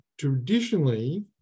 traditionally